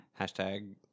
hashtag